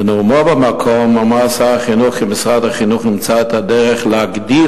בנאומו במקום אמר שר החינוך כי משרד החינוך ימצא את הדרך להגדיל